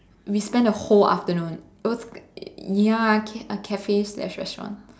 we spent the whole afternoon it was ya a cafe slash restaurant